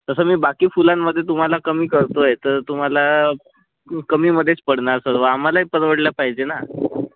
तसं मी बाकी फुलांमधे तुम्हाला कमी करतो आहे तर तुम्हा ला कमीमधेच पडणार सर्व आम्हालही परवडलं पाहिजे ना